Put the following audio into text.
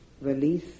release